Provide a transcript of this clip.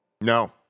No